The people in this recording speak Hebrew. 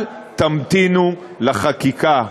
אל תמתינו לחקיקה,